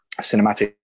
Cinematic